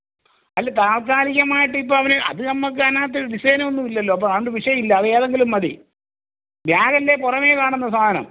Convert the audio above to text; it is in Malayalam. അല്ല താൽക്കാലികമായിട്ട് ഇപ്പം അവന് അത് നമുക്ക് അതിനകത്ത് ഡിസൈൻ ഒന്നും ഇല്ലല്ലോ അപ്പോൾ അതുകൊണ്ട് വിഷയം ഇല്ല അത് ഏതെങ്കിലും മതി ബ്യാഗെൻ്റെ പുറമേ കാണുന്ന സാധനം